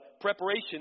preparation